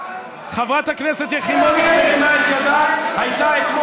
חברת הכנסת נחמיאס דיברה פה.